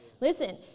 listen